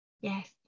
yes